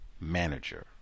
manager